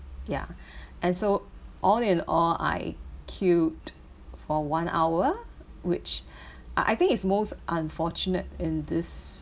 ya and so all in all I queued for one hour which I I think is most unfortunate in this